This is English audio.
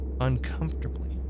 uncomfortably